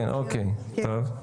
כן, אוקיי, טוב.